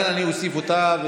אני אוסיף אותה.